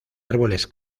árboles